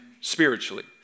spiritually